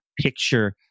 picture